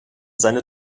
seine